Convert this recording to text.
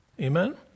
Amen